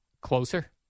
closer